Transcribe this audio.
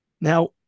now